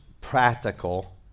practical